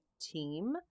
team